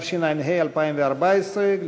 התשע"ה 2014,